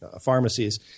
pharmacies